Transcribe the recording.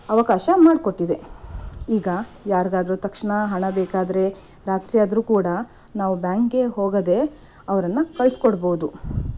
ಅವಕಾಶ ಮಾಡಿಕೊಟ್ಟಿದೆ ಈಗ ಯಾರಿಗಾದ್ರೂ ತಕ್ಷಣ ಹಣ ಬೇಕಾದರೆ ರಾತ್ರಿಯಾದರೂ ಕೂಡ ನಾವು ಬ್ಯಾಂಕ್ಗೆ ಹೋಗದೆ ಅವರನ್ನು ಕಳಿಸ್ಕೊಡ್ಬೌದು